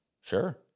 Sure